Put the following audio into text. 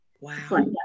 Wow